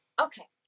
Okay